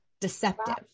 deceptive